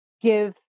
give